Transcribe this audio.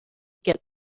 get